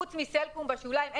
חוץ מסלקום בשוליים,